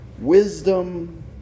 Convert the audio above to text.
Wisdom